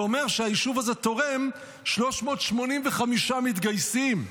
וזה אומר שהיישוב הזה תורם 385 מתגייסים,